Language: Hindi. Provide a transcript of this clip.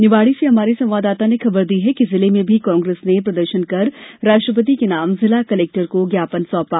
निवाड़ी से हमारे संवाददाता ने खबर दी है कि जिले में भी कांग्रेस ने प्रदर्शन कर राष्ट्रपति के नाम जिला कलेक्टर को ज्ञापन सौंपा